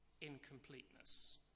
incompleteness